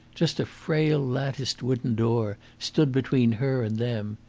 just a frail latticed wooden door stood between her and them.